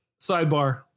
Sidebar